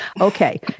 Okay